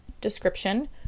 description